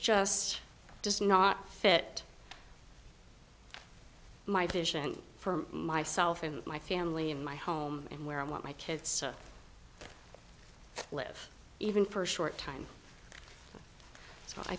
just does not fit my vision for myself and my family in my home and where i want my kids so live even for a short time i